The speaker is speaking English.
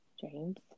James